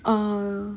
oh